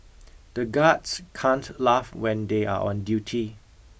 the guards can't laugh when they are on duty